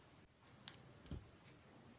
वर्षा मापी मशीन के का नाम हे?